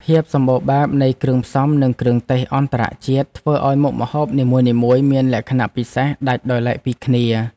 ភាពសម្បូរបែបនៃគ្រឿងផ្សំនិងគ្រឿងទេសអន្តរជាតិធ្វើឱ្យមុខម្ហូបនីមួយៗមានលក្ខណៈពិសេសដាច់ដោយឡែកពីគ្នា។